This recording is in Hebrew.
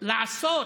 לעשות